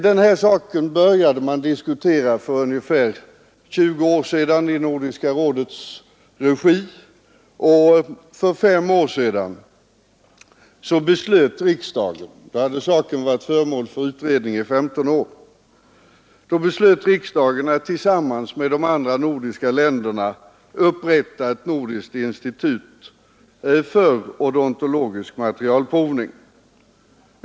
Den här saken började man diskutera för ungefär 20 år sedan i Nordiska rådets regi, och för fem år sedan beslutade riksdagen — saken hade då varit föremål för utredning i 15 år — att tillsammans med de andra nordiska länderna upprätta ett nordiskt institut för odontologisk materialprovning.